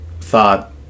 thought